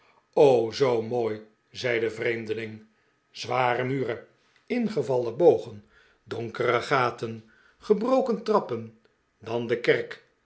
zoo mooi zei de vreemdeling zware muren ingeyallen bogen donkere gaten gebrdken trappen dan de kerk